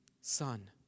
son